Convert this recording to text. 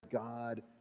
God